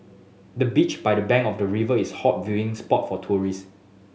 the bench by the bank of the river is hot viewing spot for tourist